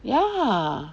ya